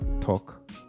talk